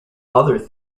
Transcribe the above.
other